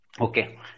okay